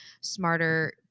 smarter